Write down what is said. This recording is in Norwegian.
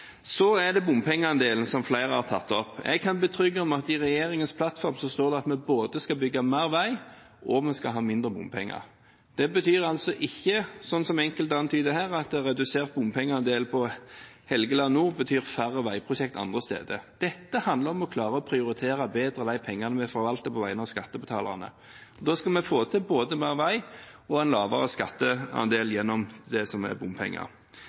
Så er det bompengeandelen, som flere har tatt opp. Jeg kan berolige med at i regjeringens plattform står det at vi både skal bygge mer vei og ha mindre bompenger. Redusert bompengeandel på Helgeland nord betyr ikke, som enkelte antyder her, færre veiprosjekter andre steder. Dette handler om å klare å prioritere bedre de pengene vi forvalter på vegne av skattebetalerne. Da skal vi få til både mer vei og en lavere skatteandel gjennom det som er bompenger.